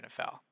NFL